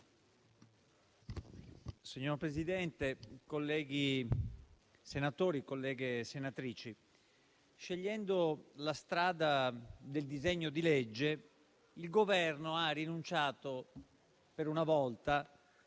Signor Presidente, colleghi senatori e colleghe senatrici, scegliendo la strada del disegno di legge, il Governo ha rinunciato per una volta